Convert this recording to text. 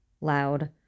loud